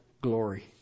glory